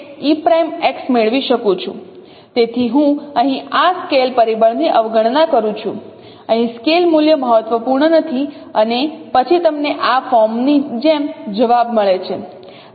તેથી હું અહીં આ સ્કેલ પરિબળની અવગણના કરું છું અહીં સ્કેલ મૂલ્ય મહત્વપૂર્ણ નથી અને પછી તમને આ ફોર્મની જેમ જવાબ મળે છે